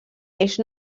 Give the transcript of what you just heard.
eix